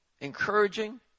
encouraging